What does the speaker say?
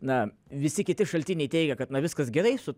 na visi kiti šaltiniai teigia kad na viskas gerai su